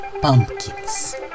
pumpkins